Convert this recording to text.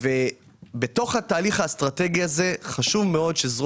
ובתוך התהליך האסטרטגי הזה חשוב מאוד שזרוע